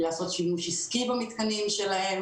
לעשות שימוש עסקי במתקנים שלהם.